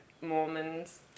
Mormons